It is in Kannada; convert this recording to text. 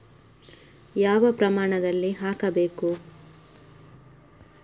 ಯಾವ ಪ್ರಮಾಣದಲ್ಲಿ ಹಾಕಬೇಕು?